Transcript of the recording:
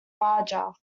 larger